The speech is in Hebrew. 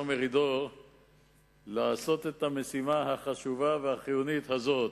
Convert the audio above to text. מרידור למלא את המשימה החשובה והחיונית הזאת.